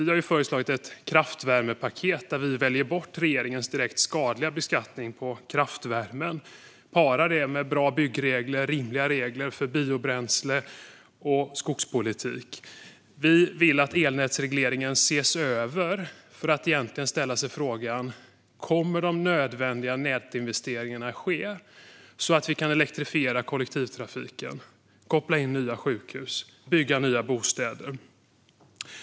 Vi har föreslagit ett kraftvärmepaket där vi väljer bort regeringens direkt skadliga beskattning på kraftvärmen och parar det med bra byggregler, rimliga regler för biobränsle och skogspolitik. Vi vill att elnätsregleringen ses över och att man ställer sig frågan: Kommer de nödvändiga nätinvesteringarna att ske så att vi kan elektrifiera kollektivtrafiken, koppla in nya sjukhus och bygga nya bostäder?